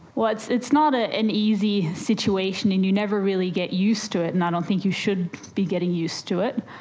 well, it's it's not ah an easy situation and you never really get used to it and i don't think you should be getting used to it,